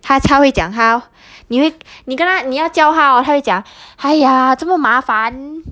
她她会讲她你你跟她你要教她 orh 她会讲 !haiya! 这么麻烦